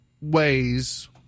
ways